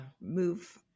move